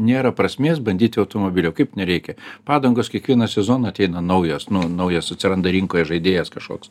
nėra prasmės bandyti automobilio kaip nereikia padangos kiekvieną sezoną ateina naujos nu naujos atsiranda rinkoje žaidėjas kažkoks